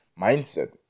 mindset